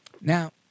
Now